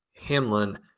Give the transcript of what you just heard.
Hamlin